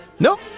Nope